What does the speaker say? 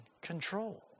control